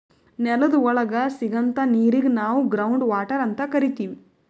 ನೆಲದ್ ಒಳಗ್ ಸಿಗಂಥಾ ನೀರಿಗ್ ನಾವ್ ಗ್ರೌಂಡ್ ವಾಟರ್ ಅಂತ್ ಕರಿತೀವ್